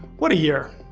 what a year.